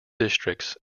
districts